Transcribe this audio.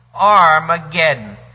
Armageddon